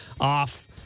off